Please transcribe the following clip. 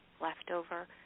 leftover